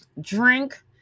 drink